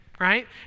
right